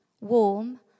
warm